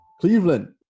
Cleveland